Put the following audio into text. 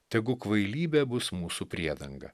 tegu kvailybė bus mūsų priedanga